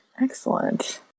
Excellent